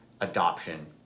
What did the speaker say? adoption